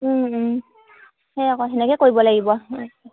সেই আকৌ তেনেকৈ কৰিব লাগিব হয়